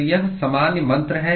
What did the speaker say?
तो यह सामान्य मंत्र है